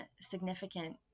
significant